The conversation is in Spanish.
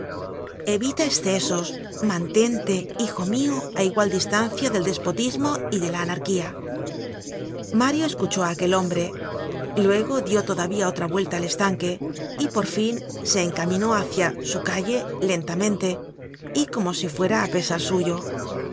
evita los escesos mantente hijo mio á igual distancia del despotismo y de la anarquía mario escuchó á aquel hombre luego dió todavía otra vuelta al estanque y por fin se encaminó hácia su calle lentamente y como si fuera á pesar suyo